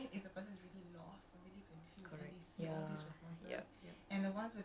I guess you can write that way but macam think about how that person is like going through right